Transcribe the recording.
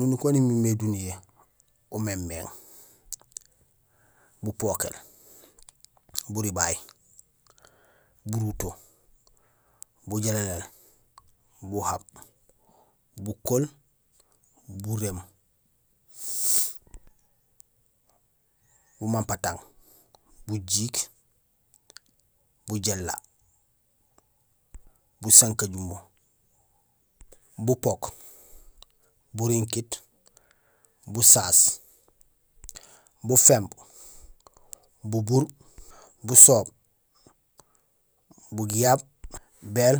Ununuk wan injé imimé duniya umémééŋ; bupokél, buribay, buruto, bujéléléél, buhaab, bukool, buréém, bumampatang, bujiik, bujééla busankajumo, bupook, burinkiit, busaas, buféémb, bubuur, busoob, bugiyaab, béél,